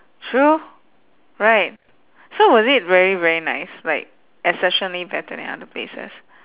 sure right so was it very very nice like exceptionally better than other places